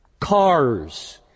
cars